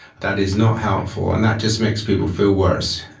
that is not helpful, and that just makes people feel worse.